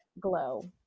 glow